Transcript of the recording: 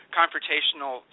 confrontational